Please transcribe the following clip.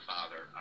Father